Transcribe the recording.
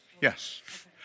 yes